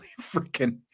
freaking